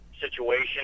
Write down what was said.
situation